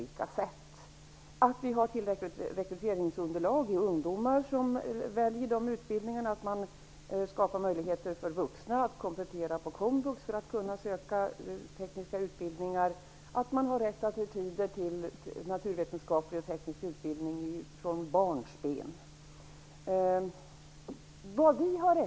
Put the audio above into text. Det gäller att man har tillräckligt rekryteringsunderlag i ungdomar som väljer sådan utbildning, att man skapar möjligheter för vuxna att komplettera sina kunskaper på Komvux för att kunna söka tekniska utbildningar och att man har rätt attyder till naturvetenskaplig och teknisk utbildning från barnsben.